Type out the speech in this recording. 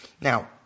Now